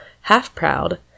half-proud